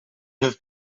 have